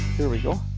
here we go!